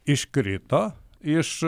iškrito iš